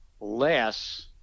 less